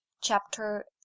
Chapter